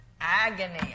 agony